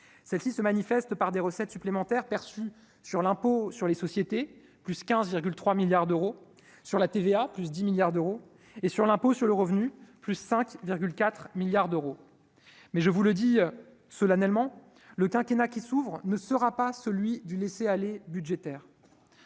celle-ci se manifeste par des recettes supplémentaires perçus sur l'impôt sur les sociétés, plus 15,3 milliards d'euros sur la TVA, plus 10 milliards d'euros et sur l'impôt sur le revenu, plus 5 4 milliards d'euros, mais je vous le dis cela tellement le quinquennat qui s'ouvrent, ne sera pas celui du laisser-aller budgétaire